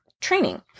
training